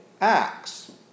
acts